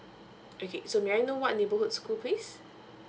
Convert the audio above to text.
okay so may I know what neighbourhood school please